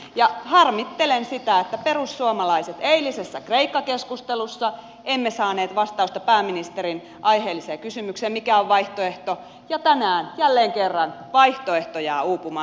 ja harmittelen sitä että perussuomalaisilta eilisessä kreikka keskustelussa emme saaneet vastausta pääministerin aiheelliseen kysymykseen mikä on vaihtoehto ja tänään jälleen kerran vaihtoehto jää uupumaan